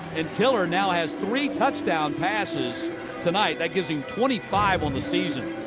and tiller now has three touchdown passes tonight. that gives him twenty five on the season.